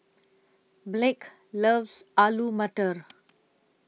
Blake loves Alu Matar